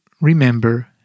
remember